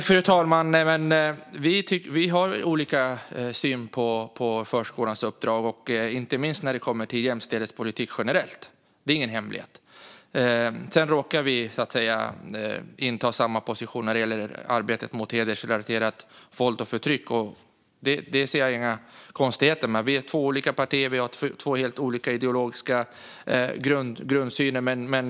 Fru talman! Vi har olika syn på förskolans uppdrag och inte minst när det kommer till jämställdhetspolitik generellt. Det är ingen hemlighet. Sedan råkar vi inta samma position när det gäller arbetet mot hedersrelaterat våld och förtryck. Det ser jag inga konstigheter med, även om vi är två olika partier och har två helt olika ideologiska grundsyner.